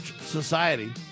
Society